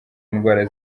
indwara